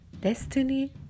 destiny